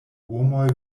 homoj